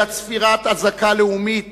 אלא צפירת אזעקה לאומית,